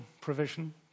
provision